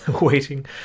waiting